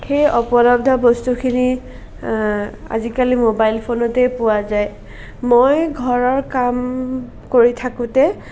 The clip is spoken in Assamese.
সেই উপলব্ধ বস্তুখিনি আজিকালি মোবাইল ফোনতেই পোৱা যায় মই ঘৰৰ কাম কৰি থাকোঁতে